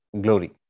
glory